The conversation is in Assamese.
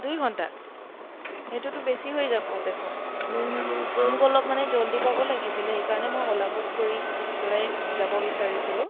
দুই ঘণ্টা সেইটোতো বেছি হৈ যাব দেখোন মোক অলপ মানে জল্দি পাব লাগিছিলে সেইকাৰণে মই অ'লা বুক কৰি পেলাই যাব বিচাৰিছিলোঁ